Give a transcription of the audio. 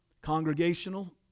congregational